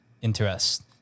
interest